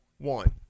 One